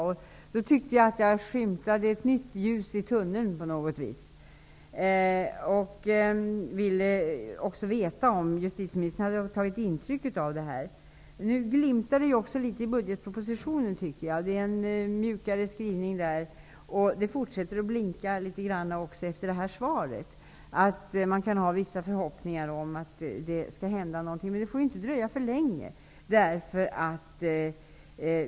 Jag tyckte då att jag kunde skymta ett nytt ljus i tunneln och ville veta om justitieministern hade tagit intryck av det här. Det glimtar också litet i tunneln när man läser budgetpropositionen. Skrivningen där är litet mjukare. Ljuset fortsätter att blinka litet även efter det här svaret. Man kan ha vissa förhoppningar om att det skall hända någonting. Men det får inte dröja för länge.